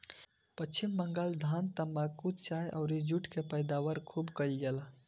पश्चिम बंगाल धान, तम्बाकू, चाय अउरी जुट के पैदावार खूब कईल जाला